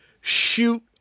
shoot